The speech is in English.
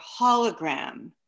hologram